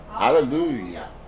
Hallelujah